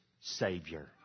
Savior